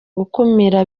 gukumira